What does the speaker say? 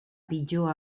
pitjor